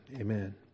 Amen